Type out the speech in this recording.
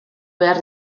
behar